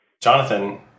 Jonathan